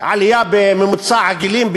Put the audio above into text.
עלייה בממוצע הגילים.